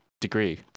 degree